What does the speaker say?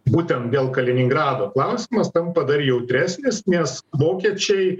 būtent dėl kaliningrado klausimas tampa dar jautresnis nes vokiečiai